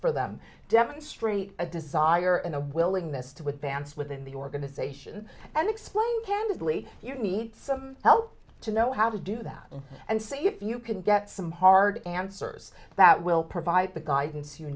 for them demonstrate a desire and a willingness to advance within the organization and explain candidly you need some help to know how to do that and see if you can get some hard answers that will provide the guidance you